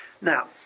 Now